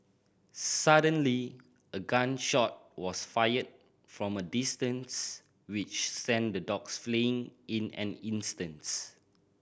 suddenly a gun shot was fired from a distance which sent the dogs fleeing in an instants